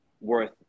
worth